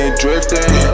drifting